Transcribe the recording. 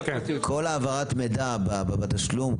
כל העברת המידע בתשלום,